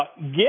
get